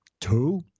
two